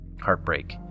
Heartbreak